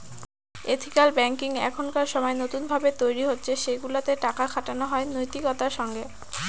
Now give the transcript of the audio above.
ethical banking এখনকার সময় নতুন ভাবে তৈরী হচ্ছে সেগুলাতে টাকা খাটানো হয় নৈতিকতার সঙ্গে